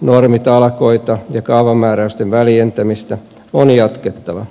normitalkoita ja kaavamääräysten väljentämistä on jatkettava